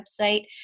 website